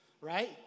right